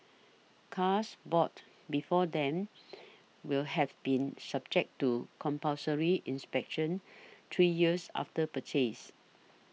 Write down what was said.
cars bought before then will have been subject to compulsory inspections three years after purchase